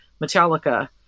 Metallica